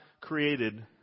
created